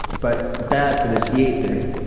but bad for this e eight theory.